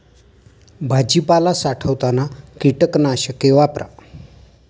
भाजीपाला साठवताना कीटकनाशके वापरा